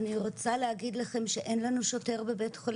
אני רוצה להגיד לכם שאין לנו שוטר בבי"ח,